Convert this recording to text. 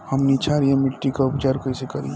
हमनी क्षारीय मिट्टी क उपचार कइसे करी?